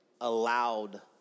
allowed